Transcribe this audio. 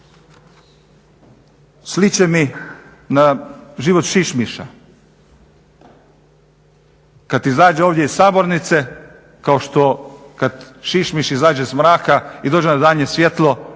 sliče mi na život šišmiša, kad izađe ovdje iz sabornice kao što kad šišmiš izađe iz mraka i dođe na daljnje svijetlo